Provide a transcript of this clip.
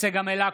צגה מלקו,